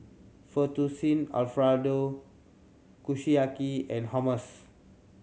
Fettuccine Alfredo Kushiyaki and Hummus